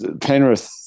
Penrith –